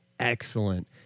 Excellent